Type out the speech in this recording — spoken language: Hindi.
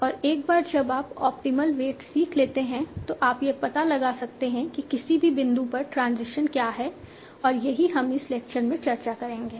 और एक बार जब आप ऑप्टिमल वेट सीख लेते हैं तो आप यह पता लगा सकते हैं कि किसी भी बिंदु पर ट्रांजिशन क्या है और यही हम इस लेक्चर में चर्चा करेंगे